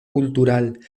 cultural